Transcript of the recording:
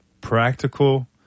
practical